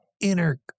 inner